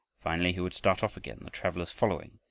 finally he would start off again, the travelers following,